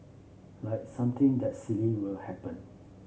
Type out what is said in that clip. like something that silly will happen